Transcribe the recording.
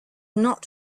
not